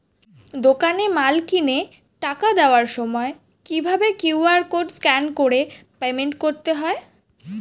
দোকানে মাল কিনে টাকা দেওয়ার সময় কিভাবে কিউ.আর কোড স্ক্যান করে পেমেন্ট করতে হয়?